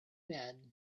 bed